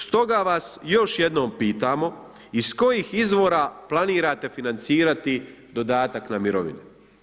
Stoga vas još jednom pitamo, iz kojih izvora planirate financirati dodatak na mirovinu?